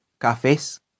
cafés